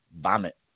vomit